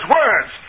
words